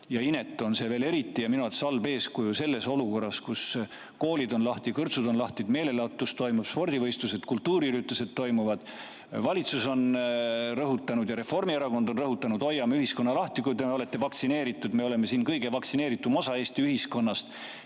ja minu arvates halb eeskuju on see veel selles olukorras, kus koolid on lahti, kõrtsid on lahti, meelelahutus, toimuvad spordivõistlused, kultuuriüritused. Valitsus on rõhutanud ja Reformierakond on rõhutanud: hoiame ühiskonna lahti, kui te olete vaktsineeritud. Me oleme siin kõige vaktsineeritum osa Eesti ühiskonnast